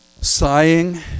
Sighing